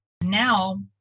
Now